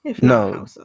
No